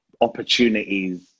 opportunities